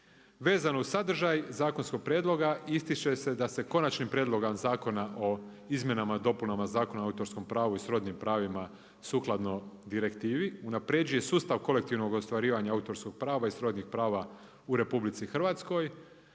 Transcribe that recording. Vezano uz sadržaj zakonskog prijedloga, ističe se da se konačnim prijedloga zakona o izmjenama, dopunama Zakona o autorskom pravu i srodnim pravima sukladno direktivi, unaprjeđuje sustav kolektivnog ostvarivanja autorskih prava i srodnih prava u RH, te